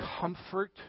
comfort